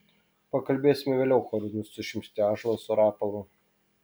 pakalbėsime vėliau choru sušnypštė ąžuolas su rapolu